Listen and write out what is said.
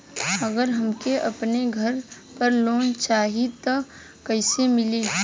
अगर हमके अपने घर पर लोंन चाहीत कईसे मिली?